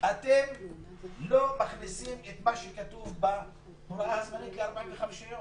אתם לא מכניסים את מה שכתוב בהוראה הזמנית ל-45 יום?